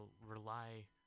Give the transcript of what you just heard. rely